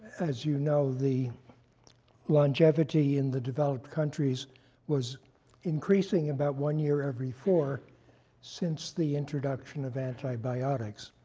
as you know. the longevity in the developed countries was increasing about one year every four since the introduction of antibiotics.